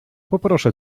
poproszę